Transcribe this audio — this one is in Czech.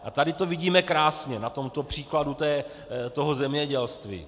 A tady to vidíme krásně na tomto příkladu zemědělství.